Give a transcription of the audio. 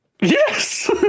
Yes